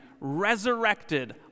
resurrected